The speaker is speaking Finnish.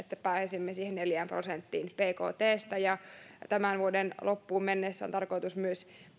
että pääsisimme siihen neljään prosenttiin bktsta tämän vuoden loppuun mennessä on tarkoitus myös